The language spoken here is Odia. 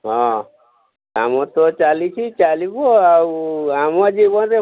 ହଁ ଆମର ତ ଚାଲିଛି ଚାଲିବ ଆଉ ଆମ ଜୀବନରେ